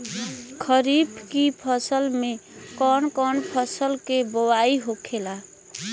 खरीफ की फसल में कौन कौन फसल के बोवाई होखेला?